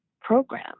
program